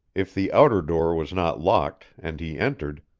if the outer door was not locked, and he entered,